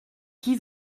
qui